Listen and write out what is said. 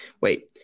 Wait